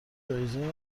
جایزه